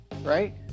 right